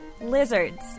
Lizards